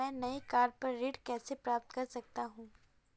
मैं नई कार पर ऋण कैसे प्राप्त कर सकता हूँ?